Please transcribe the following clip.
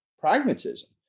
pragmatism